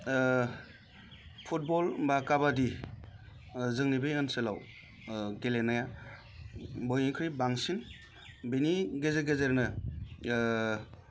football बा काबादि जोंनि बे ओनसोलाव गेलेनाया बयनिख्रुइ बांसिन बेनि गेजेर गेजेरनो